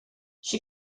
she